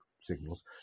signals